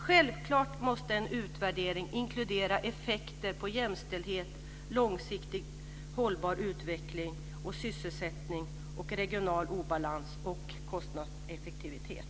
Självfallet måste en utvärdering inkludera effekter på jämställdhet, på långsiktig hållbar utveckling, på sysselsättning, på regional obalans och kostnadseffektivitet.